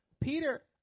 Peter